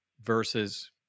versus